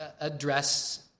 address